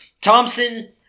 Thompson